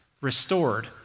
restored